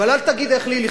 אבל אל תגיד לי איך לחיות.